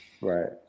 Right